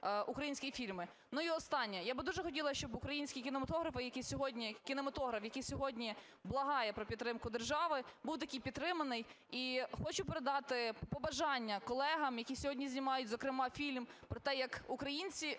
українські фільми. І останнє. Я б дуже хотіла, щоб українські кінематографи, які сьогодні, кінематограф, який сьогодні благає про підтримку держави, був такий підтриманий. І хочу передати побажання колегам, які сьогодні знімають, зокрема, фільм про те, як українські